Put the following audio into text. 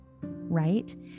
right